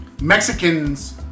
Mexicans